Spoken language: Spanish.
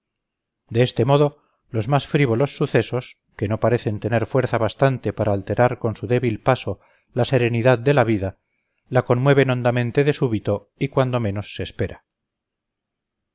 de este modo los más frívolos sucesos que no parecen tener fuerza bastante para alterar con su débil paso la serenidad de la vida la conmueven hondamente de súbito y cuando menos se espera